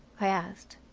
i asked.